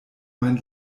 mein